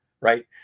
right